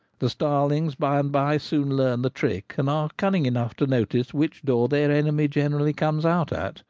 the starlings, by-the-by, soon learn the trick, and are cunning enough to notice which door their enemy generally comes out at,